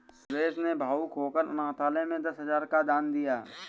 सुरेश ने भावुक होकर अनाथालय में दस हजार का दान दिया